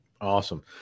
awesome